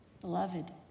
beloved